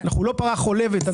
אנחנו לא פרה חולבת.